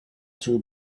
two